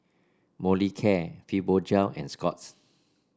Molicare Fibogel and Scott's